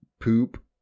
poop